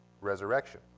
resurrection